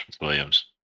Williams